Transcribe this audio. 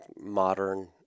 modern